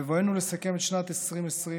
בבואנו לסכם את שנת 2020,